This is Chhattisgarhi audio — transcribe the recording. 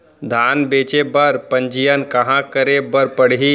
धान बेचे बर पंजीयन कहाँ करे बर पड़ही?